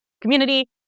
community